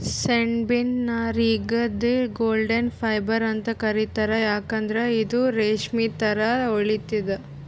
ಸೆಣಬಿನ್ ನಾರಿಗ್ the golden fibre ಅಂತ್ ಕರಿತಾರ್ ಯಾಕಂದ್ರ್ ಇದು ರೇಶ್ಮಿ ಥರಾ ಹೊಳಿತದ್